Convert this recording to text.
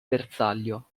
bersaglio